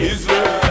Israel